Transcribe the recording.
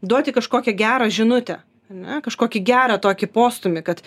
duoti kažkokią gerą žinutę ar ne kažkokį gerą tokį postūmį kad